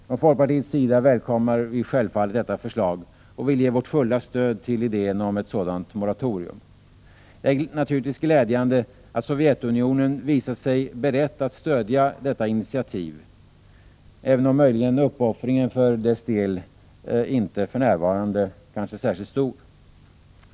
Från folkpartiets sida välkomnar vi självfallet detta förslag och vill ge vårt fulla stöd till idén om ett sådant moratorium. Det är naturligtvis glädjande att Sovjetunionen visat sig beredd att stödja detta initiativ, även om uppoffringen för dess del kanske för närvarande inte är särskilt stor.